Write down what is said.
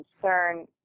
concern